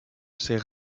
ces